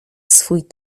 swój